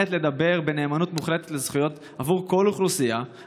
לעמוד פה ולדבר בעד זכויות אדם.